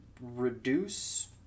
reduce